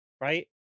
right